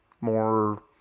More